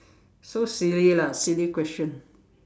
so silly lah silly question